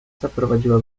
zaprowadziła